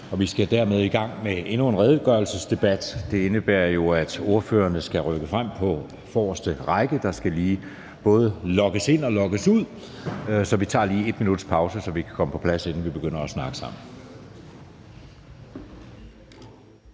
Vi skal dermed i gang med endnu en redegørelsesdebat. Det indebærer jo, at ordførerne skal rykke frem på forreste række. Der skal både logges ind og logges ud. Så vi tager lige et minuts pause, så vi kan komme på plads, inden vi begynder at snakke sammen.